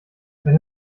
wenn